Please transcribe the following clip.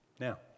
Now